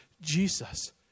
Jesus